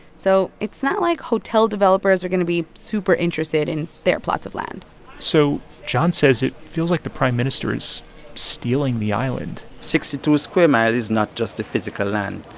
so it's not like hotel developers are going to be super interested in their plots of land so john says it feels like the prime minister is stealing the island sixty-two square miles is not just the physical land.